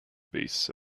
base